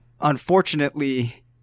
unfortunately